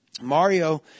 Mario